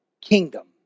kingdom